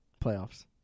Playoffs